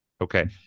Okay